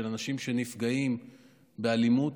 של אנשים שנפגעים באלימות,